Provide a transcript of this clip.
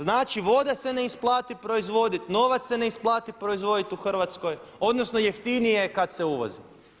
Znači voda se ne isplati proizvoditi, novac se ne isplati proizvodi u Hrvatskoj odnosno jeftinije je kada se uvozi.